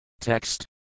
Text